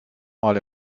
mal